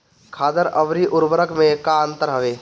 खादर अवरी उर्वरक मैं का अंतर हवे?